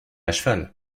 cheval